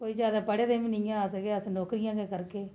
कोई जादै पढ़े दे बी निं है'न अस कि कोई नौकरियां गै करगे